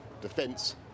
defence